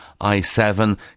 i7